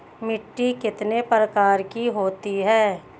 मिट्टी कितने प्रकार की होती हैं?